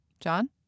John